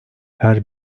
her